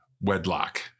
wedlock